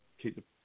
keep